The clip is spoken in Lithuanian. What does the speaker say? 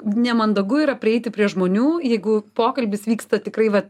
nemandagu yra prieiti prie žmonių jeigu pokalbis vyksta tikrai vat